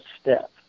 step